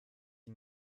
ihn